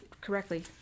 correctly